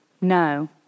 No